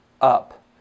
up